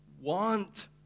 want